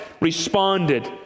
responded